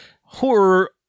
horror